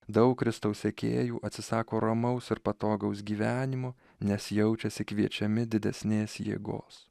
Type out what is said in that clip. daug kristaus sekėjų atsisako ramaus ir patogaus gyvenimo nes jaučiasi kviečiami didesnės jėgos